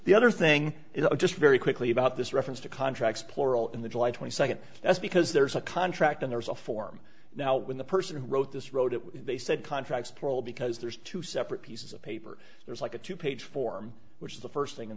the other thing is just very quickly about this reference to contracts plural in the july twenty second that's because there's a contract and there's a form now when the person who wrote this wrote it they said contracts prole because there's two separate pieces of paper there's like a two page form which is the first thing in